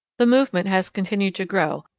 the movement has continued to grow,